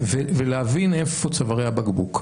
ולהבין איפה צווארי הבקבוק.